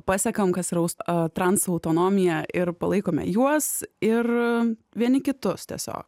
pasekam kas yra už trans autonomiją ir palaikome juos ir vieni kitus tiesiog